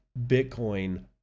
Bitcoin